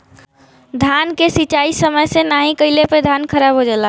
धान के सिंचाई समय से नाहीं कइले पे धान खराब हो जाला